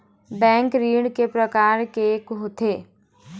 Bank ऋण के प्रकार के होथे?